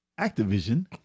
Activision